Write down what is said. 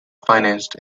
financed